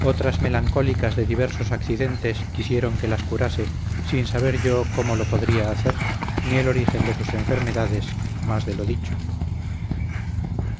otras melancólicas de diversos accidentes quisieron que las curase sin saber yo cómo lo podría hacer ni el origen de sus enfermedades más de lo dicho